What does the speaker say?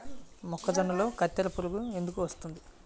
మొక్కజొన్నలో కత్తెర పురుగు ఎందుకు వస్తుంది?